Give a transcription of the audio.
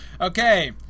Okay